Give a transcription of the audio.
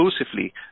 exclusively